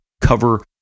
cover